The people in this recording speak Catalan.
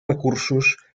recursos